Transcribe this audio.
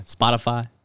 Spotify